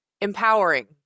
empowering